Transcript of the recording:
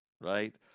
right